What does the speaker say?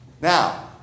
Now